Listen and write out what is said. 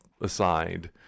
aside